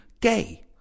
gay